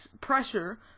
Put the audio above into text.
pressure